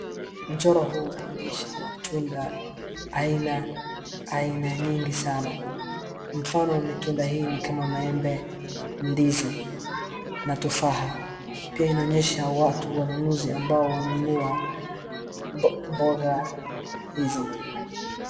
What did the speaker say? Mchoro huu unaonyesha matunda aina aina nyingi sana. Mfano ni tunda hili kama maembe ndizi na tufaa pia iaonyesha watu wanununuzi ambao wananunua mboga hizi.